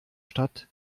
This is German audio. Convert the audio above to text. stadt